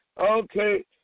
okay